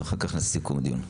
ואחר כך סיכום הדיון.